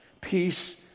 Peace